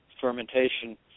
fermentation